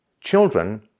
children